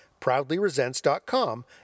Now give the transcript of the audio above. ProudlyResents.com